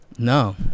No